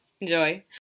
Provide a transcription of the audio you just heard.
Enjoy